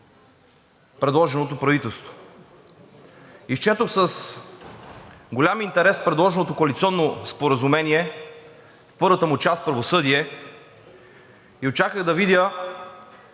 предложеното правителство. Изчетох с голям интерес предложеното коалиционно споразумение – първата му част „Правосъдие“, и очаквах да видя